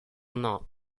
not